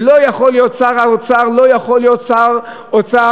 ולא יכול להיות שר אוצר,